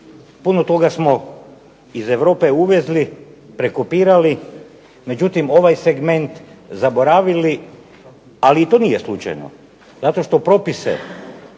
Puno toga smo iz Europe uvezli, prekopirali, međutim ovaj segment zaboravili, ali i to nije slučajno, zato što propise,